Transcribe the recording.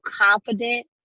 confident